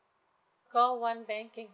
call one banking